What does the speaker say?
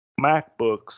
MacBooks